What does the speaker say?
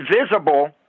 invisible